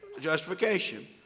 justification